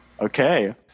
Okay